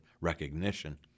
recognition